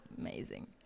amazing